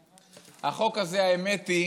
החוק הזה, האמת היא